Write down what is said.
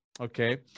okay